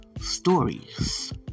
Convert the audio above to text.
stories